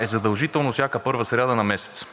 е задължително всяка първа сряда на месеца.